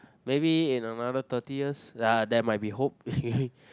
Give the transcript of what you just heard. maybe in another thirty years ah there might be hope